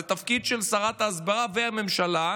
זה תפקיד של שרת ההסברה והממשלה,